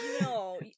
no